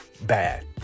bad